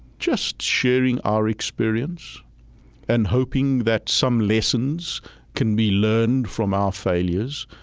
just sharing our experience and hoping that some lessons can be learned from our failures,